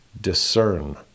Discern